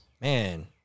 man